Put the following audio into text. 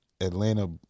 Atlanta